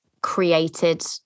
created